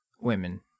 women